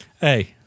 Hey